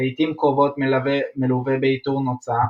לעיתים קרובות מלווה בעיטור נוצה.